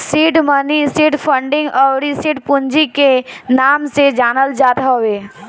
seed money seed funding अउरी seed पूंजी के नाम से जानल जात हवे